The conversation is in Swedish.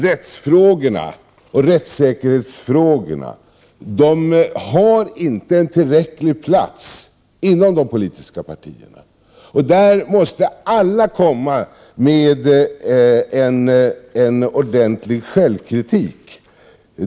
Rättsfrågorna och rättssäkerhetsfrågorna har inte en tillräckligt stor plats inom de politiska partierna. Där måste alla komma med en ordentlig självkritik.